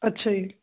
ਅੱਛਾ ਜੀ